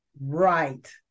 right